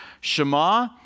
Shema